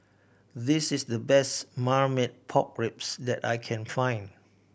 this is the best Marmite Pork Ribs that I can find